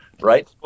right